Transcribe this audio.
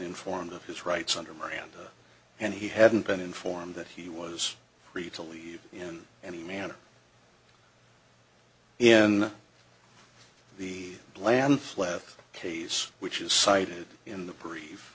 informed of his rights under miranda and he hadn't been informed that he was free to leave in any manner in the bland flat case which is cited in the brief